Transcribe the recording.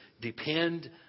Depend